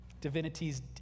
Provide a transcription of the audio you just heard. divinities